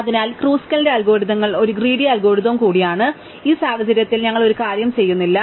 അതിനാൽ ക്രുസ്കലിന്റെ അൽഗോരിതങ്ങൾ ഒരു ഗ്രീഡി അൽഗോരിതം കൂടിയാണ് ഈ സാഹചര്യത്തിൽ ഞങ്ങൾ ഒരു കാര്യം ചെയ്യുന്നില്ല